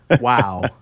Wow